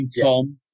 Tom